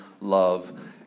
love